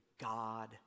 God